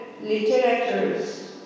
literatures